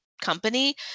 company